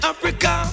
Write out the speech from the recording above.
Africa